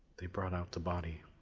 they brought out the body.